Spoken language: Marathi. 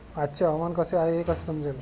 आजचे हवामान कसे आहे हे कसे समजेल?